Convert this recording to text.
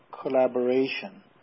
collaboration